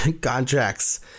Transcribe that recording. contracts